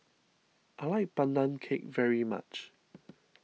I like Pandan Cake very much